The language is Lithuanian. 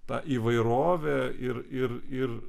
ta įvairovė ir ir ir